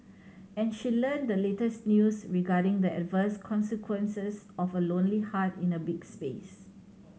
and she learnt the latest news regarding the adverse consequences of a lonely heart in a big space